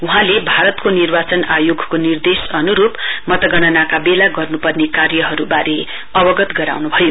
वहाँले भारतको निर्वाचन आयोगको निर्देश अनुरुप मतगणनाको वेला गर्नुपर्ने कार्यहरुवारे अवलगत गराउनु भयो